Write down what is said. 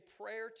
prayer